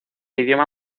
idioma